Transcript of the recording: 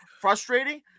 frustrating